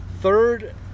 Third